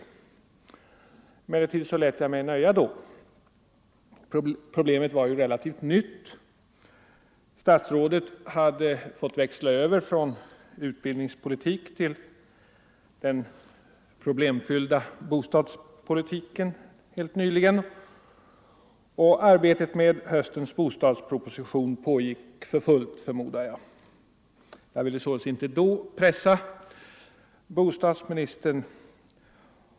Emellertid lät jag mig nöja då. Problemet var relativt nytt. Statsrådet hade helt nyligen fått växla över från utbildningspolitik till den problemfyllda bostadspolitiken och arbetet med höstens bostadsproposition pågick för fullt, förmodar jag. Jag ville således inte då pressa bostadsministern.